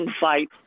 fight